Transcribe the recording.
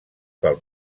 pel